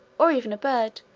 or even a bird,